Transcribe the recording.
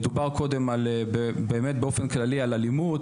דובר קודם באמת באופן כללי על אלימות,